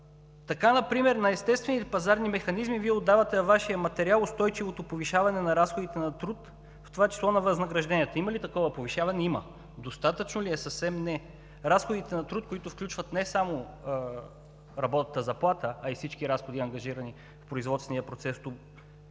Така например на естествените пазарни механизми Вие отдавате във Вашия материал устойчивото повишаване на разходите на труд, в това число на възнагражденията. Има ли такова повишаване? Има. Достатъчно ли е? Съвсем не. Разходите за труд, които включват не само работната заплата, а и всички разходи, ангажирани в производствения процес от работодателите,